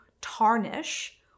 tarnish